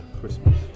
Christmas